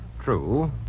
True